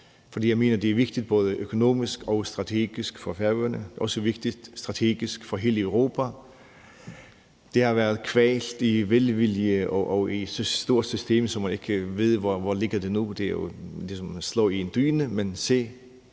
jeg mener, det er vigtigt både økonomisk og strategisk for Færøerne. Det er også vigtigt strategisk for hele Europa. Det har været kvalt i velvilje og i et så stort system, at man ikke ved, hvor det nu ligger. Det er ligesom at slå i en dyne. Men se,